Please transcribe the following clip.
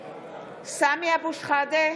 (קוראת בשמות חברי הכנסת) סמי אבו שחאדה,